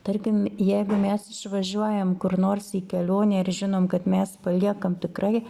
tarkim jeigu mes išvažiuojam kur nors į kelionę ir žinom kad mes paliekam tikrai